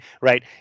Right